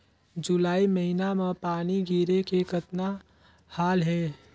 जुलाई महीना म पानी गिरे के कतना हाल हे?